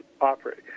operate